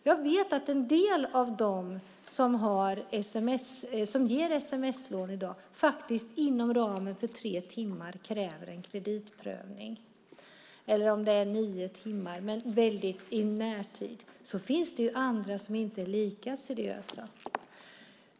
Jag vet att en del av dem som ger sms-lån i dag faktiskt kräver och gör en kreditprövning på tre eller om det är nio timmar. Sedan finns det andra som inte är lika seriösa.